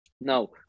now